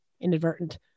inadvertent